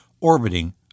orbiting